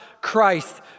Christ